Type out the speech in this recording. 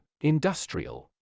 industrial